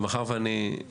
אבל מאחר שאני,